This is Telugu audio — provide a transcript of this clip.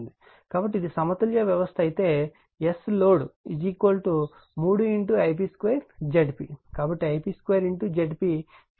కాబట్టి ఇది సమతుల్య వ్యవస్థ అయితే Sl oad 3 Ip2 Zp కాబట్టి Ip2 Zpఫేజ్ కు 3